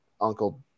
uncle